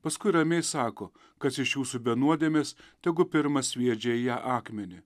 paskui ramiai sako kas iš jūsų be nuodėmės tegu pirmas sviedžia ją akmenį